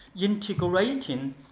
integrating